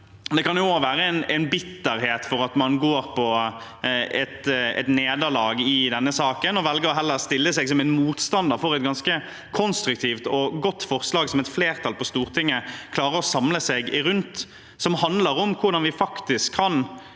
jo også være en bitterhet for at man går på et nederlag i denne saken og heller velger å stille seg som en motstander mot et ganske konstruktivt og godt forslag som et flertall på Stortinget klarer å samle seg rundt – som handler om hvordan vi faktisk kan